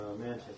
mansion